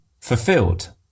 fulfilled